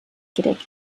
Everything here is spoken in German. gedeckt